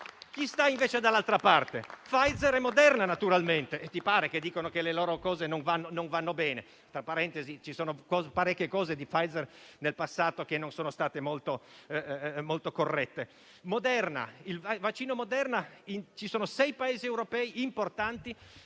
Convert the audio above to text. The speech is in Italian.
Chi stai invece dall'altra parte? Pfizer e Moderna naturalmente; ti pare che dicono che le loro cose non vanno bene? Tra parentesi, ci sono parecchie cose di Pfizer che nel passato non sono state molto corrette. Quanto al vaccino Moderna, ci sono sei importanti